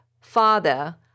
Father